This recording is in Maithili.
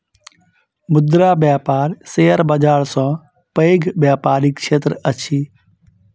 मुद्रा बाजार शेयर बाजार सॅ पैघ व्यापारक क्षेत्र अछि